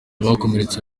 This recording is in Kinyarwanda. bakomeretse